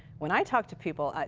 when i talk to people,